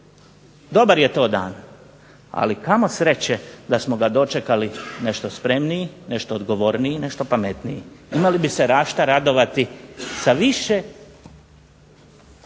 Dobar je to dan, ali kamo sreće da smo ga dočekali nešto spremniji, nešto odgovorniji i nešto pametniji. Imali bi se … /Govornik se ne